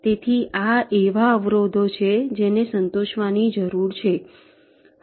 તેથી આ એવા અવરોધો છે જેને સંતોષવાની જરૂર છે